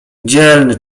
dzielny